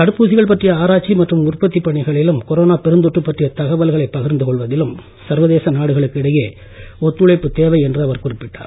தடுப்பூசிகள் பற்றிய ஆராய்ச்சி மற்றும் உற்பத்தி பணிகளிலும்கொரோனா பெருந்தொற்று பற்றிய தகவல்களை பகிர்ந்து கொள்வதிலும் சர்வதேச நாடுகளுக்கு இடையே ஒத்துழைப்பு தேவை என்று அவர் குறிப்பிட்டார்